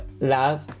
love